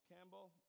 Campbell